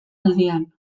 aldian